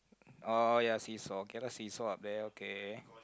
oh ya seesaw okay lah see saw up there okay